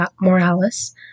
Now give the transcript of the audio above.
Morales